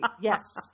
Yes